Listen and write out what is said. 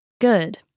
Good